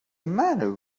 matter